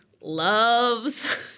loves